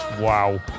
Wow